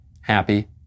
happy